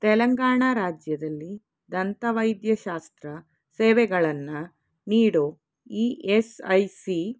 ತೆಲಂಗಾಣ ರಾಜ್ಯದಲ್ಲಿ ದಂತವೈದ್ಯಶಾಸ್ತ್ರ ಸೇವೆಗಳನ್ನು ನೀಡೊ ಇ ಎಸ್ ಐ ಸಿ ಸೆಂಟರ್ಸನ್ನ ಹುಡ್ಕೋಕ್ಕೆ ಸಹಾಯ ಮಾಡೋಕ್ಕಾಗತ್ತಾ